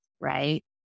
Right